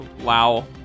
Wow